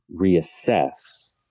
reassess